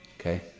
okay